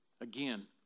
Again